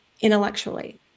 intellectually